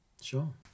Sure